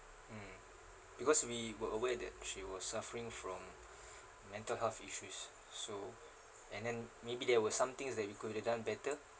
mm because we were aware that she was suffering from mental health issues so and then maybe there were somethings that we could have done better